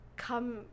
come